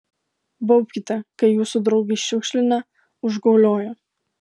baubkite kai jūsų draugai šiukšlina užgaulioja